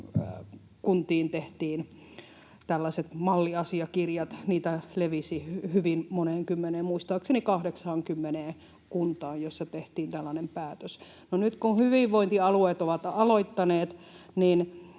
kuntiin tehtiin tällaiset malliasiakirjat. Niitä levisi hyvin moneen kymmeneen, muistaakseni 80 kuntaan, joissa tehtiin tällainen päätös. No nyt kun hyvinvointialueet ovat aloittaneet,